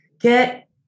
get